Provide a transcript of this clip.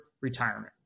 retirement